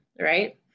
right